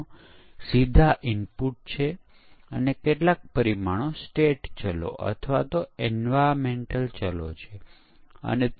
તેમણે કહ્યું કે સોફ્ટવેર સમીક્ષા નિરીક્ષણ અને પરીક્ષણના દરેક પગલાં લગભગ 30 ટકા ભૂલો શોધી શકે છે